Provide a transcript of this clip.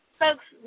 folks